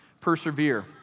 persevere